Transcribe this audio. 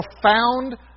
profound